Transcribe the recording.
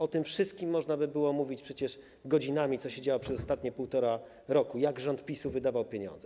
O tym wszystkim można by było mówić przecież godzinami, co się działo przez ostatnie półtora roku, jak rząd PiS wydawał pieniądze.